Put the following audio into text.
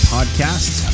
Podcast